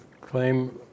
claim